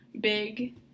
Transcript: big